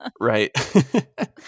right